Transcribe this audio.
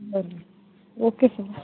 बरं बरं okay sir